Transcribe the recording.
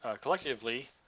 collectively